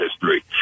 history